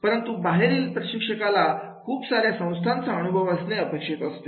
परंतु बाहेरील प्रशिक्षकला खूप सार्या संस्थांचा अनुभव असणे अपेक्षित असते